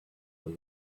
that